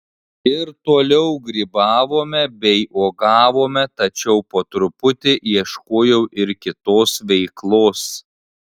ir toliau grybavome bei uogavome tačiau po truputį ieškojau ir kitos veiklos